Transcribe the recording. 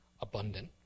abundant